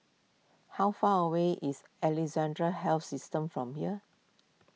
how far away is Alexandra Health System from here